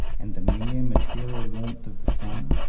and the mere material warmth of the sun.